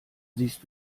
siehst